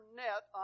net